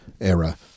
era